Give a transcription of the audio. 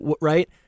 right